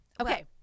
Okay